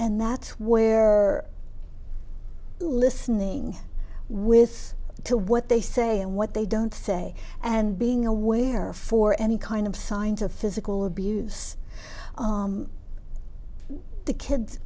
and that's where listening with to what they say and what they don't say and being aware of for any kind of signs of physical abuse to kids